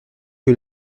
que